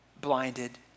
blinded